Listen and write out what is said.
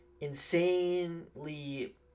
insanely